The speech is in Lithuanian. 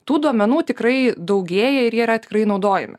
tų duomenų tikrai daugėja ir jie yra tikrai naudojami